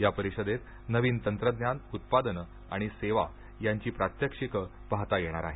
या परिषदेत नवीन तंत्रज्ञान उत्पादने आणि सेवा यांची प्रात्यक्षिक पाहता येणार आहेत